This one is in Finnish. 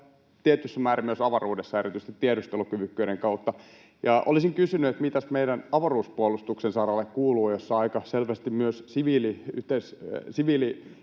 tietyssä määrin myös avaruudessa erityisesti tiedustelukyvykkyyden kautta. Olisin kysynyt, mitäs meidän avaruuspuolustuksen saralle kuuluu, jossa aika selvästi myös